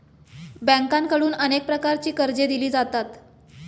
बँकांकडून अनेक प्रकारची कर्जे दिली जातात